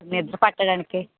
నిద్రపట్టడానికి